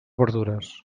verdures